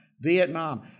Vietnam